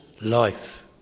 life